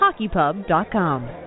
HockeyPub.com